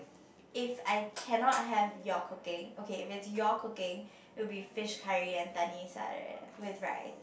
if I cannot have your cooking okay if it's your cooking it will be fish curry and with rice